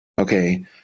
okay